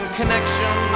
connection